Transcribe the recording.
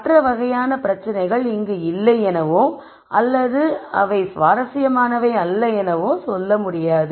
மற்ற வகையான பிரச்சினைகள் இங்கு இல்லை எனவோ அல்லது அவை சுவாரஸ்யமானவை அல்ல எனவோ சொல்ல முடியாது